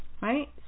right